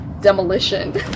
demolition